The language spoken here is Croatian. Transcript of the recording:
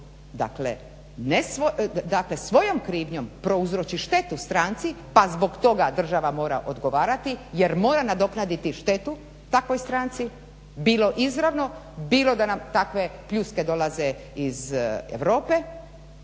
dakle svojom krivnjom prouzroči štetu stranci pa zbog toga država mora odgovarati jer mora nadoknaditi štetu takvoj stranci bilo izravno bilo da nam takve pljuske dolaze iz Europe,